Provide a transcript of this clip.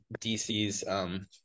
DC's